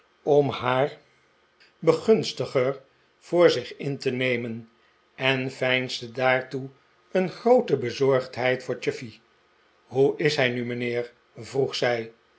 om haar begunstiger voor zich in te nemen en veinsde daartoe een groote bezorgdheid voor chuffey hoe is hij nu mijnheer vroeg zij